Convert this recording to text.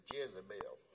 Jezebel